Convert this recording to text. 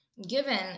Given